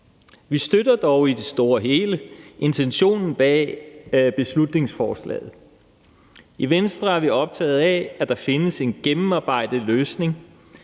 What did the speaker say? Vi støtter dog i det store og hele intentionen bag beslutningsforslaget. I Venstre er vi optagede af, at der findes en gennemarbejdet løsning,